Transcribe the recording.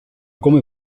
come